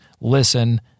listen